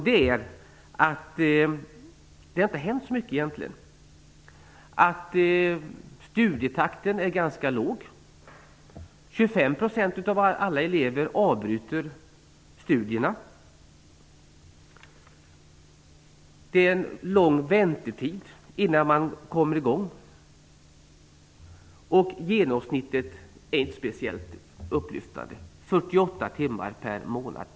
Det har inte hänt så mycket egentligen. Studietakten är ganska låg. 25 % av alla elever avbryter studierna. Det är lång väntetid innan man kommer i gång. Genomsnittet är inte speciellt upplyftande -- 48 timmar per månad.